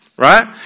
Right